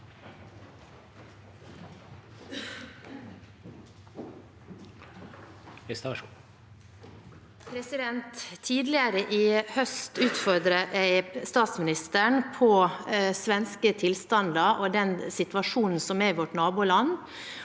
Tidligere i høst ut- fordret jeg statsministeren på svenske tilstander og den situasjonen som er i vårt naboland,